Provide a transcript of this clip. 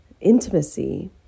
intimacy